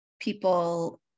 people